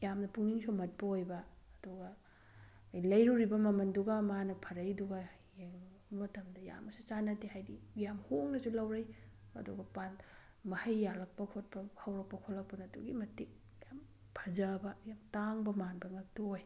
ꯌꯥꯝꯅ ꯄꯨꯛꯅꯤꯡ ꯁꯨꯝꯍꯠꯄ ꯑꯣꯏꯕ ꯑꯗꯨꯒ ꯑꯩꯅ ꯂꯩꯔꯨꯔꯤꯕ ꯃꯃꯜꯗꯨꯒ ꯃꯥꯅ ꯐꯔꯛꯏꯗꯨꯒ ꯌꯦꯡꯕ ꯃꯇꯝꯗ ꯌꯥꯝꯅꯁꯨ ꯆꯥꯅꯗꯦ ꯍꯥꯏꯗꯤ ꯌꯥꯝꯅ ꯍꯣꯡꯅꯁꯨ ꯂꯧꯔꯛꯏ ꯑꯗꯨꯒ ꯃꯍꯩ ꯌꯥꯜꯂꯛꯄ ꯈꯣꯠꯄ ꯍꯧꯔꯛꯄ ꯈꯣꯠꯂꯛꯄꯗ ꯑꯗꯨꯛꯀꯤ ꯃꯇꯤꯛ ꯌꯥꯝ ꯐꯖꯕ ꯌꯥꯝ ꯇꯥꯡꯕ ꯃꯥꯟꯕ ꯉꯛꯇ ꯑꯣꯏ